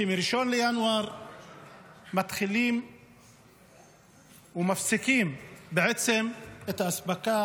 שמ-1 בינואר מתחילים ומפסיקים את האספקה